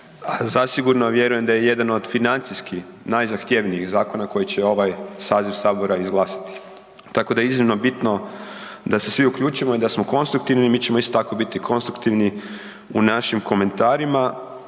zasigurno vjerujem da je jedan od financijski najzahtjevnijih zakona koji će ovaj saziv Sabora izglasati. Tako da je iznimno bitno da se svi uključimo i da smo konstruktivni i mi ćemo isto tako biti konstruktivni u našim komentarima